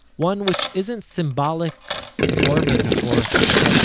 one which isn't symbolic or metaphorical.